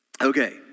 Okay